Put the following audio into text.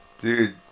dude